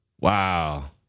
Wow